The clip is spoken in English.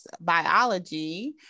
Biology